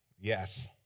yes